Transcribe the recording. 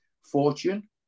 fortune